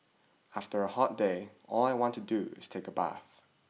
after a hot day all I want to do is take a bath